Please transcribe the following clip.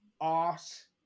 art